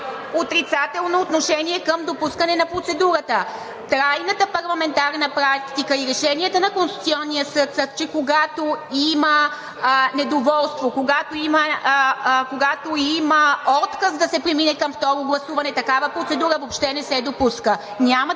отрицателно отношение към допускане на процедурата. Трайната парламентарна практика и решенията на Конституционния съд са, че, когато има недоволство, когато има отказ да се премине към второ гласуване, такава процедура въобще не се допуска. Няма